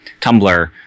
Tumblr